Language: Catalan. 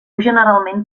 generalment